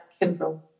Kindle